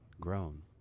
grown